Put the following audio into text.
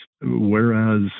Whereas